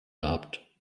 gehabt